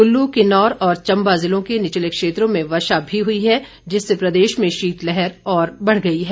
कुल्लू किन्नौर और चंबा जिलों के निचले क्षेत्रों में वर्षा भी हुई है जिससे प्रदेश में शीतलहर और बढ़ गई है